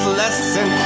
lesson